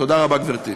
תודה רבה, גברתי.